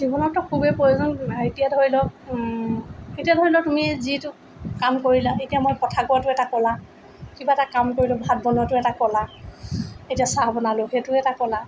জীৱনততো খুবেই প্ৰয়োজন এতিয়া ধৰি লওক এতিয়া ধৰি লওক তুমি যিটো কাম কৰিলা এতিয়া মই কথা কোৱাটো এটা কলা কিবা এটা কাম কৰিলোঁ ভাত বনোৱাটো এটা কলা এতিয়া চাহ বনালোঁ সেইটোও এটা কলা